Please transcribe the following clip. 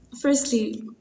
firstly